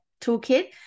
toolkit